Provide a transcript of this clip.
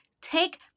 take